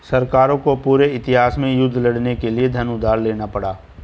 सरकारों को पूरे इतिहास में युद्ध लड़ने के लिए धन उधार लेना पड़ा है